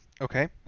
Okay